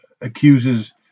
accuses